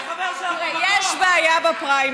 תאמיני לי, החבר שלך, תראה, יש בעיה בפריימריז.